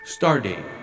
Stardate